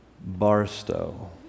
Barstow